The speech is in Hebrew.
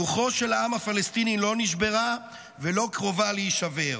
רוחו של העם הפלסטיני לא נשברה ולא קרובה להישבר.